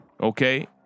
okay